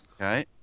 okay